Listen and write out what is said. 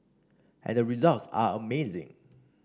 and the results are amazing